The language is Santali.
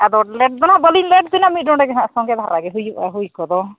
ᱟᱫᱚ ᱞᱮᱹᱴ ᱫᱚ ᱦᱟᱸᱜ ᱵᱟᱹᱞᱤᱧ ᱞᱮᱹᱴ ᱵᱤᱱᱟ ᱢᱤᱫ ᱰᱚᱸᱰᱮᱠ ᱫᱚᱦᱟᱸᱜ ᱥᱚᱸᱜᱮ ᱫᱷᱟᱨᱟ ᱜᱮ ᱦᱩᱭᱩᱜᱼᱟ ᱦᱩᱭ ᱠᱚᱫᱚ